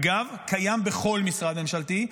אגב, זה קיים בכל משרד ממשלתי.